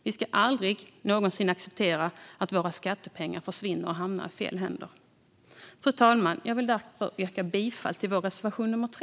Vi ska aldrig någonsin acceptera att våra skattepengar försvinner och hamnar i fel händer. Fru talman! Jag vill därför yrka bifall till vår reservation nr 3.